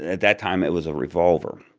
that that time, it was a revolver.